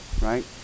Right